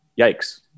yikes